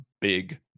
big